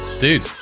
Dude